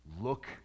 look